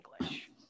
English